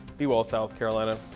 be well, south carolina.